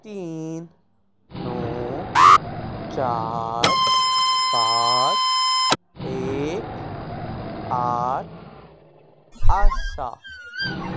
तीन णव चार पांच एक आठ आसा